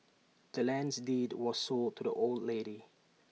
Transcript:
the land's deed was sold to the old lady